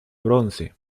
bronce